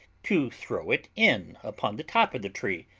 to throw it in upon the top of the tree,